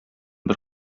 бер